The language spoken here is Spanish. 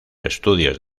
estudios